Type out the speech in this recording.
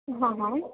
હં હં